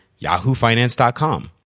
yahoofinance.com